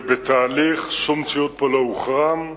זה בתהליך, שום ציוד לא הוחרם פה.